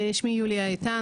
שמי יוליה איתן,